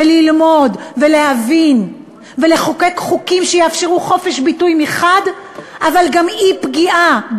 ללמוד ולהבין ולחוקק חוקים שיאפשרו חופש ביטוי אבל גם אי-פגיעה,